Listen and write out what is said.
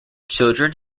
children